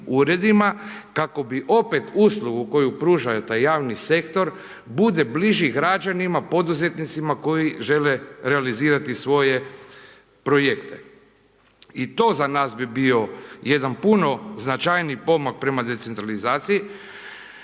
kako bi opet uslugu koju pruža taj javni sektor bude bliži građanima, poduzetnicima koji žele realizirati svoje projekte i to za nas bi bio jedan puno značajniji pomak prema decentralizaciji.